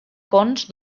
cons